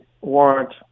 warrant